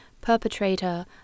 perpetrator